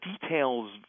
details